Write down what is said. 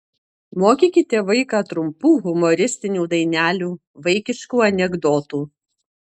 mokykite vaiką trumpų humoristinių dainelių vaikiškų anekdotų